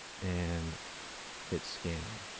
and hit scan.